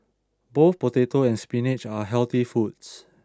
both potato and spinach are healthy foods